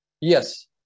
Yes